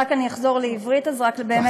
אחזור לעברית רק כדי להגיד,